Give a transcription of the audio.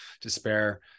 despair